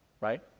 Right